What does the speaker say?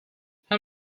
how